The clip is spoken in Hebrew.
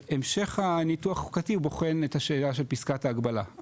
המשך הניתוח החוקתי בוחן את השאלה של פסקת ההגבלה.